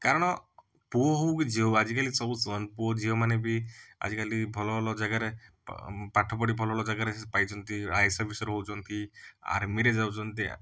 କାରଣ ପୁଅ ହେଉ କି ଝିଅ ହେଉ ଆଜିକାଲି ସବୁ ସମାନ ପୁଅ ଝିଅମାନେ ବି ଆଜିକାଲି ଭଲ ଭଲ ଜାଗାରେ ପାଠ ପଢ଼ି ଭଲ ଭଲ ଜାଗାରେ ପାଇଛନ୍ତି ଆଇ ଏ ଏସ୍ ଅଫିସର ହେଉଛନ୍ତି ଆର୍ମିରେ ଯାଉଛନ୍ତି